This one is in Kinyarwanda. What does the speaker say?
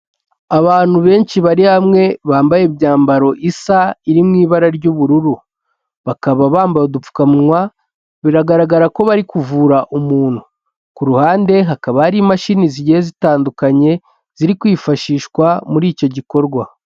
Abantu benshi bari hamwe bambaye imyambaro isa iri mu ibara ry'ubururu. Bakaba bambaye udupfukamunwa, biragaragara ko bari kuvura umuntu. Ku ruhande hakaba hari imashini zigiye zitandukanye, ziri kwifashishwa muri icyo gikorwa.